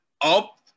up